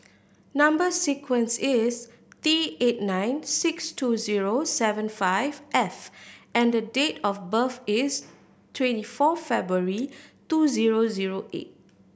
number sequence is T eight nine six two zero seven five F and date of birth is twenty four February two zero zero eight